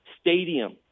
stadium